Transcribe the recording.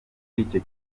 icyo